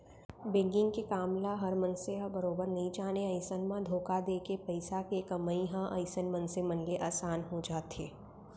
banking के काम ल हर मनसे ह बरोबर नइ जानय अइसन म धोखा देके पइसा के कमई ह अइसन मनसे मन ले असान हो जाथे